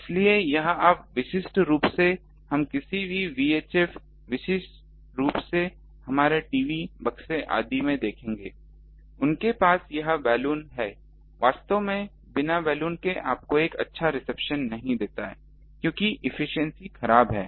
इसलिए यह आप विशिष्ट रूप से हम किसी भी VHF विशेष रूप से हमारे टीवी बक्से आदि में देखेंगे उनके पास यह बलून है वास्तव में बिना बलून के आपको एक अच्छा रिसेप्शन नहीं देता है क्योंकि एफिशिएंसी खराब है